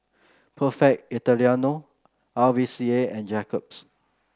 Perfect Italiano R V C A and Jacob's